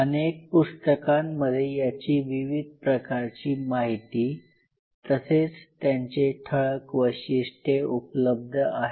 अनेक पुस्तकांमध्ये यांची विविध प्रकारची माहिती तसेच त्यांचे ठळक वैशिष्ट्ये उपलब्ध आहेत